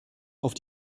auf